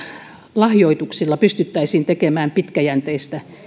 lahjoituksilla pystyttäisiin tekemään pitkäjänteistä